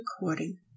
recording